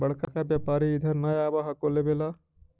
बड़का व्यापारि इधर नय आब हको लेबे ला?